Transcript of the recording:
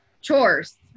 chores